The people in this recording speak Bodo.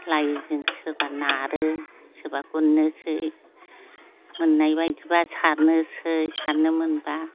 लाइयो जों सोरबा नारो सोरबा गुरनोसै मोननायबादिब्ला सारनोसै सारनो मोनब्ला